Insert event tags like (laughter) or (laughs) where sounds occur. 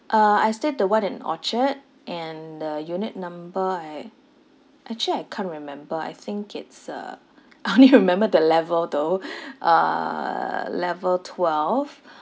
uh I stayed the one in orchard and the unit number I actually I can't remember I think it's uh (laughs) I only remember the level though uh level twelve